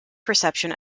perception